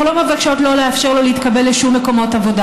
אנחנו לא מבקשות שלא לאפשר לו להתקבל לשום מקום עבודה.